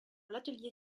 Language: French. l’atelier